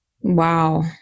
Wow